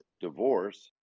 divorce